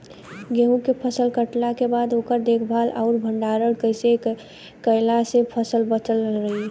गेंहू के फसल कटला के बाद ओकर देखभाल आउर भंडारण कइसे कैला से फसल बाचल रही?